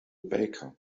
baker